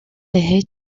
بهت